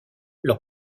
leur